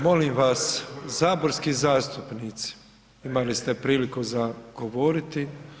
Molim vas saborski zastupnici imali ste priliku za govoriti.